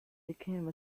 became